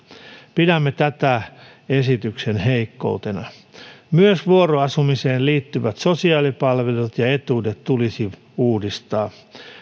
pidämme tätä esityksen heikkoutena myös vuoroasumiseen liittyvät sosiaalipalvelut ja etuudet tulisi uudistaa